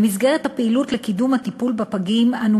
במסגרת הפעילות לקידום הטיפול בפגים אנו